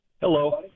Hello